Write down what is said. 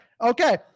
Okay